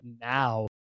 now